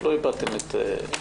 לא הבעתם את דעתכם.